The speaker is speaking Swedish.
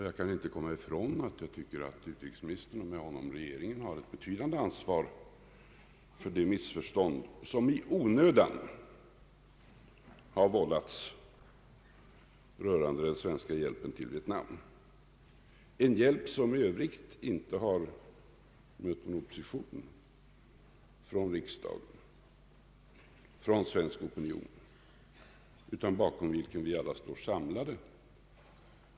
Jag kan inte komma ifrån uppfattningen att utrikesministern och med honom regeringen har ett betydande ansvar för det missförstånd som i onödan har vållats rörande den svenska hjälpen till Vietnam, en hjälp som i övrigt inte har mött någon opposition från riksdagen, från den svenska opinionen, utan bakom vilken vi alla står samlade.